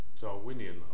Darwinian